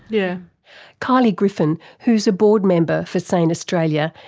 yeah kylie griffin, who's a board member for sane australia,